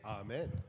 Amen